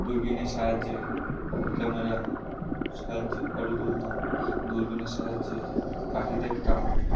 দূরবীনের সাহায্যে ক্যামেরা সাহায্যে ফটো তুলতাম দূরবীনের সাহায্যে পাখি দেখতাম